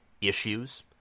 issues